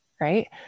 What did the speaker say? right